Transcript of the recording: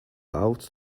out